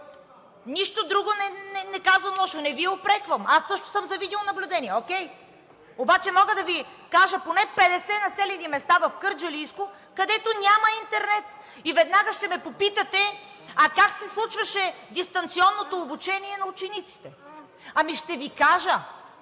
нищо друго не казвам лошо, не Ви упреквам, аз също съм за видеонаблюдение, окей. Обаче мога да Ви кажа поне 50 населени места в Кърджалийско, където няма интернет и веднага ще ме попитате: а как се случваше дистанционното обучение на учениците? Ами, ще Ви кажа,